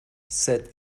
set